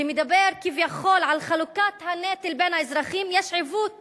שמדבר כביכול על חלוקת הנטל בין האזרחים, יש עיוות